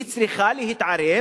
היא צריכה להתערב